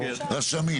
רשמים.